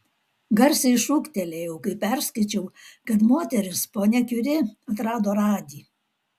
garsiai šūktelėjau kai perskaičiau kad moteris ponia kiuri atrado radį